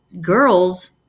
girls